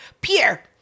Pierre